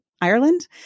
Ireland